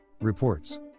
Reports